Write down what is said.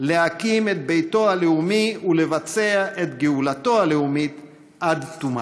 להקים את ביתו הלאומי ולבצע את גאולתו הלאומית עד תומה".